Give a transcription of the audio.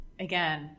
Again